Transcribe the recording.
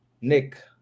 nick